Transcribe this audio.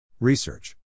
Research